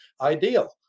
ideal